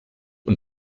und